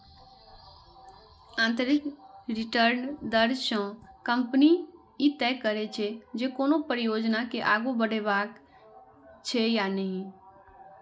आंतरिक रिटर्न दर सं कंपनी ई तय करै छै, जे कोनो परियोजना के आगू बढ़ेबाक छै या नहि